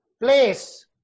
place